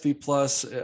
plus